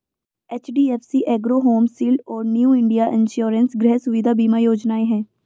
HDFC Ergo Home Shield और New India Insurance गृह सुविधा बीमा योजनाएं हैं